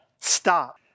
Stop